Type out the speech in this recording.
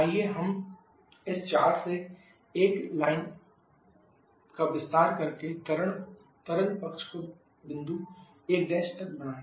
आइए हम इस 4 से 1 लाइन का विस्तार करके तरल पक्ष को बिंदु 1' तक बढ़ाएं